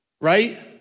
Right